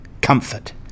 Comfort